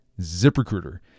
ZipRecruiter